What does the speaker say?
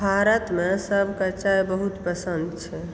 भारतमे सबके चाय बहुत पसन्द छै